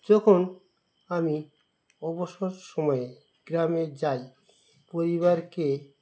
যখন আমি অবসর সময়ে গ্রামে যাই পরিবারকে